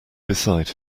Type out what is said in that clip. beside